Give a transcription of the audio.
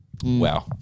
Wow